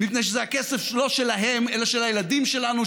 מפני שזה כסף לא שלהם אלא של הילדים שלנו,